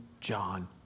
John